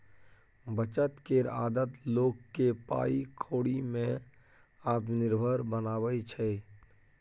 बचत केर आदत लोक केँ पाइ कौड़ी में आत्मनिर्भर बनाबै छै